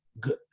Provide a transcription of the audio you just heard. good